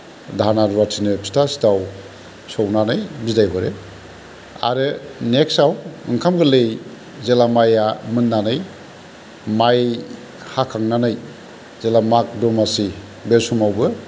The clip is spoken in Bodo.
दाहोना रुवाथिनो फिथा सिथाव संनानै बिदाय हरो आरो नेक्सटआव ओंखाम गोरलै जेला माइआ मोननानै माइ हाखांनानै जेब्ला माग दमासि बे समावबो